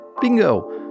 Bingo